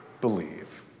believe